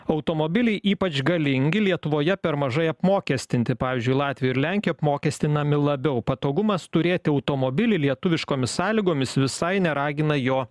automobiliai ypač galingi lietuvoje per mažai apmokestinti pavyzdžiui latvijo ir lenkijo apmokestinami labiau patogumas turėti automobilį lietuviškomis sąlygomis visai neragina jo